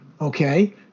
Okay